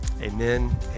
Amen